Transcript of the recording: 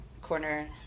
corner